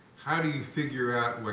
how do you figure out